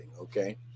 okay